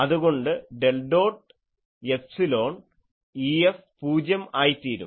അതുകൊണ്ട് del dot epsilon EF പൂജ്യം ആയിത്തീരും